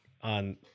on